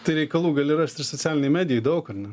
tai reikalų gali rast ir socialinėj medijoj daug ar ne